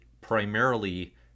primarily